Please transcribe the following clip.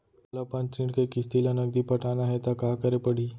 मोला अपन ऋण के किसती ला नगदी पटाना हे ता का करे पड़ही?